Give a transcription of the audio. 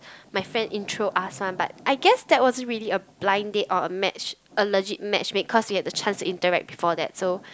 my friend intro us one but I guess that wasn't really a blind date or a match a legit match make cause we had the chance to interact before that so